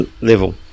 level